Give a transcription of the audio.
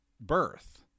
birth